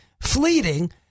fleeting